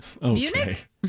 Munich